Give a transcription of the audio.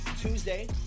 Tuesday